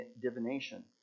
divination